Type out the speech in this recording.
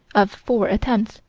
of four attempts,